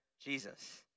Jesus